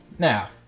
Now